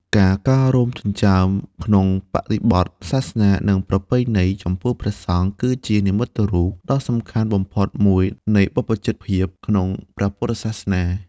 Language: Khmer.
ការកោររោមចិញ្ចើមក្នុងបរិបទសាសនា និងប្រពៃណី ចំពោះព្រះសង្ឃ គឺជានិមិត្តរូបដ៏សំខាន់បំផុតមួយនៃបព្វជិតភាពក្នុងព្រះពុទ្ធសាសនា។